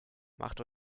macht